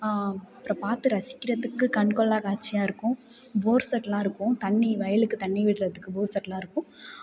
அப்புறம் பார்த்து ரசிக்கிறதுக்கு கண் கொள்ளாக்கட்சியாக இருக்கும் போர் செட்டெலாம் இருக்கும் தண்ணி வயலுக்கு தண்ணி விடுகிறதுக்கு போர் செட்டெலாம் இருக்கும்